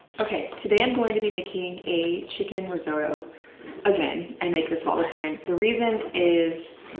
okay, today i'm going to be making a chicken risotto again. i make this all the time. the reason is,